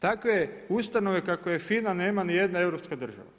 Takve ustanove kakva je FINA nema nijedna europska država.